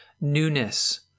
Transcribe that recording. newness